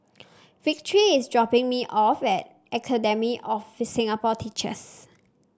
Victory is dropping me off at Academy of Singapore Teachers